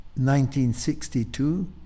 1962